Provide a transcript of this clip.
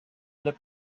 delle